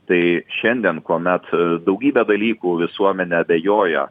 tai šiandien kuomet daugybę dalykų visuomenė abejojo